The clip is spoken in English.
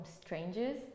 strangers